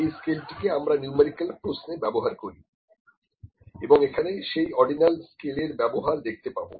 এই স্কেলটিকে আমরা নিউমেরিক্যাল প্রশ্নে ব্যবহার করি এবং এখানে এই অর্ডিনাল স্কেলের ব্যবহার দেখতে পাব